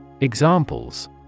Examples